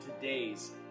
today's